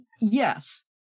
yes